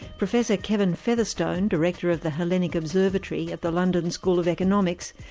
professor kevin featherstone, director of the hellenic observatory at the london school of economics,